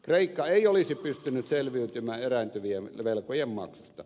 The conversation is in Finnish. kreikka ei olisi pystynyt selviytymään erääntyvien velkojen maksusta